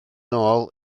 nôl